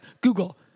google